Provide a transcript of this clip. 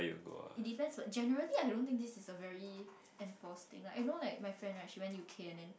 it depends but generally I don't think this is a very enforce thing lah eh you know like my friend lah she went U_K and then